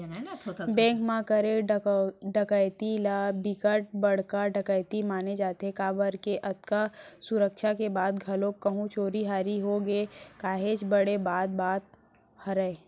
bank म करे डकैती ल बिकट बड़का डकैती माने जाथे काबर के अतका सुरक्छा के बाद घलोक कहूं चोरी हारी होगे काहेच बड़े बात बात हरय